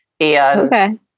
Okay